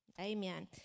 Amen